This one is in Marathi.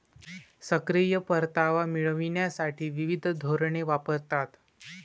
सक्रिय परतावा मिळविण्यासाठी विविध धोरणे वापरतात